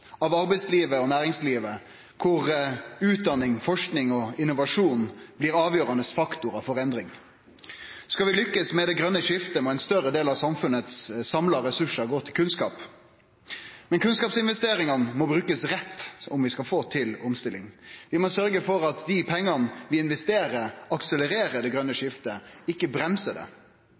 av arbeidslivet og næringslivet, der utdanning, forsking og innovasjon blir avgjerande faktorar for endring. Skal vi lykkast med det grøne skiftet, må ein større del av dei samla ressursane i samfunnet gå til kunnskap. Men kunnskapsinvesteringane må brukast rett, om vi skal få til omstilling. Vi må sørgje for at dei pengane vi investerer, akselererer det grøne skiftet og ikkje bremsar det.